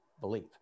believe